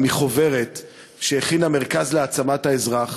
מחוברת שהכין המרכז להעצמת האזרח.